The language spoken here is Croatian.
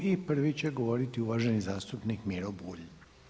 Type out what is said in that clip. I prvi će govoriti uvaženi zastupnik Miro Bulj.